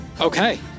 Okay